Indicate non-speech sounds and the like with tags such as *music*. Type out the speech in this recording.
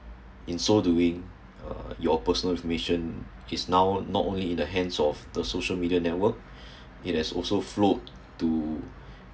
in so doing uh your personal information is now not only in the hands of the social media network *breath* it has also flown to